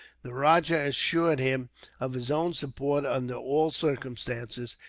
the rajah assured him of his own support, under all circumstances,